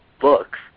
books